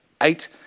eight